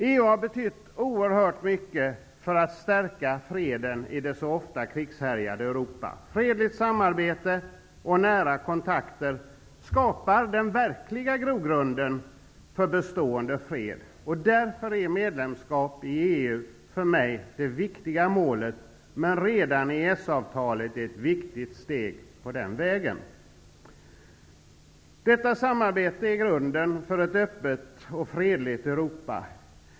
EU har betytt oerhört mycket för att stärka freden i det så ofta krigshärjade Europa. Fredligt samarbete och nära kontakter skapar den verkliga grogrunden för bestående fred. Därför är medlemskap i EU för mig det viktiga målet. Men redan EES-avtalet är ett viktigt steg på den vägen. Detta samarbete är grunden för ett öppet och fredligt Europa.